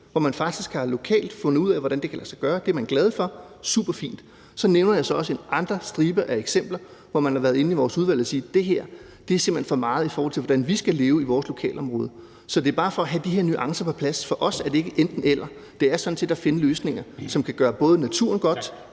hvor man lokalt faktisk har fundet ud af, hvordan det kan lade sig gøre, det er man glad for. Superfint. Så nævner jeg også en stribe eksempler fra vores udvalg, hvor man har været inde at sige: Det her er simpelt hen for meget, i forhold til hvordan vi skal leve i vores lokalområde; så det er bare for at have de her nuancer på plads. For os er det ikke enten-eller. Det er sådan set at finde løsninger, som kan gøre både naturen godt